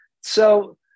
So-